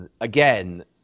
again